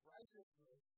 Righteousness